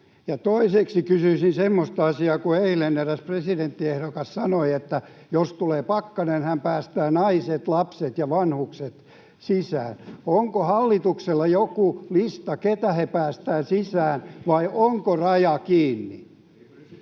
toiseksi kysyisin semmoista asiaa, kun eilen eräs presidenttiehdokas sanoi, että jos tulee pakkanen, niin hän päästää naiset, lapset ja vanhukset sisään. Onko hallituksella joku lista, keitä he päästävät sisään, vai onko raja kiinni?